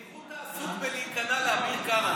בניחותא הוא עסוק בלהיכנע לאביר קארה.